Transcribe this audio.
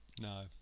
No